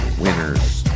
winners